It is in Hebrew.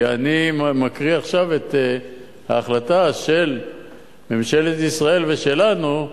אני מקריא עכשיו את ההחלטה של ממשלת ישראל ושלנו,